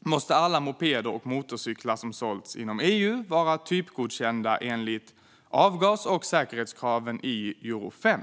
måste alla mopeder och motorcyklar som sålts inom EU vara typgodkända enligt avgas och säkerhetskraven i Euro 5.